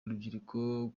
urubyiruko